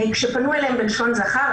כשפנו אליהן בלשון זכר,